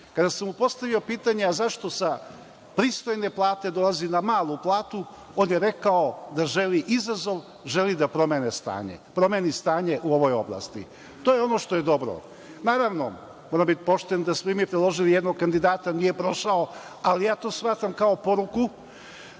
kada sam mu postavio pitanje – a zašto sa pristojne plate dolazi na malu platu, on je rekao da želi izazov, želi da promeni stanje u ovoj oblasti. To je ono što je dobro. Naravno, moram biti pošten da smo i mi predložili jednog kandidata, nije prošao, ali ja to shvatam kao poruku